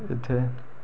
इत्थें